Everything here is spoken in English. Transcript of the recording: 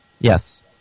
Yes